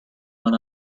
own